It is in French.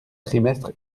trimestres